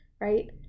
Right